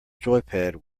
joypad